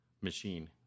machine